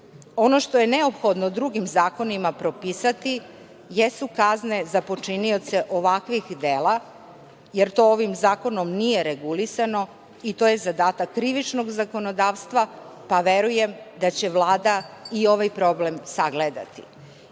Ono što je neophodno drugim zakonima propisati, jesu kazne za počinioce ovakvih dela, jer to ovim zakonom nije regulisano i to je zadatak krivičnog zakonodavstva, pa verujem da će Vlada i ovaj problem sagledati. Na